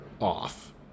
off